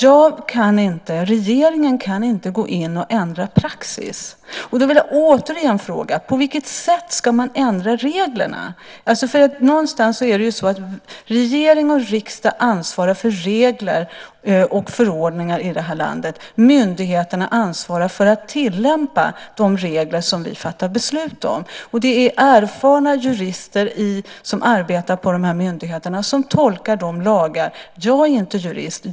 Jag och regeringen kan inte gå in och ändra praxis. Då vill jag återigen fråga: På vilket sätt ska man ändra reglerna? Någonstans är det ju så att regering och riksdag ansvarar för regler och förordningar i det här landet, och myndigheterna ansvarar för att tillämpa de regler som vi fattar beslut om. Det är erfarna jurister som arbetar på de här myndigheterna som tolkar dessa lagar. Jag är inte jurist.